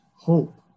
hope